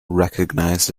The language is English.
recognized